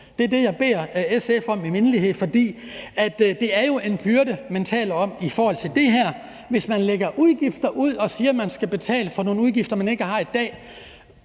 det er det, jeg beder SF om i mindelighed – for det er jo en byrde, man taler om i forhold til det her. Hvis man lægger udgifter ud og siger, de skal betale for nogle udgifter, de ikke har i dag,